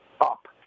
up